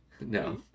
No